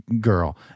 girl